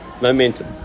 momentum